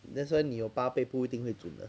that's why 你有八倍不一定会准的